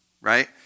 Right